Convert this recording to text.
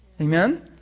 amen